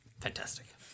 Fantastic